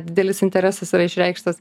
didelis interesas yra išreikštas